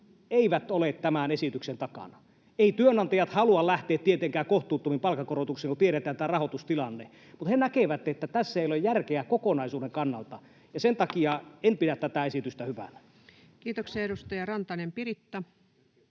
ei ole tämän esityksen takana. Eivät työnantajat halua lähteä tietenkään kohtuuttomiin palkankorotuksiin, kun tiedetään tämä rahoitustilanne, mutta he näkevät, että tässä ei ole järkeä kokonaisuuden kannalta, ja sen takia en pidä tätä esitystä hyvänä. [Speech 25] Speaker: